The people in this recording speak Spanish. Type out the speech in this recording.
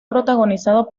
protagonizado